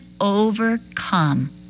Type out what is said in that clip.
overcome